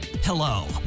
Hello